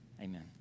Amen